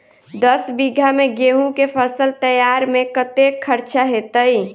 दस बीघा मे गेंहूँ केँ फसल तैयार मे कतेक खर्चा हेतइ?